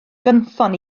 gynffon